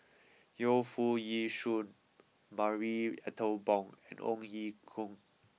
Yu Foo Yee Shoon Marie Ethel Bong and Ong Ye Kung